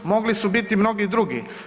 Mogli su biti mnogi drugi.